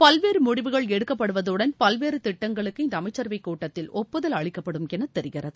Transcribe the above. பல்வேறு முடிவுகள் எடுக்கப்படுவதுடன் பல்வேறு திட்டங்களுக்கு இந்த அமைச்சரவைக் கூட்டத்தில் ஒப்புதல் அளிக்கப்படும் என தெரிகிறது